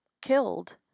killed